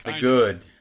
good